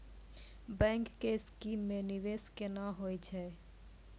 Bank के scheme मे निवेश केना होय छै?